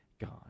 God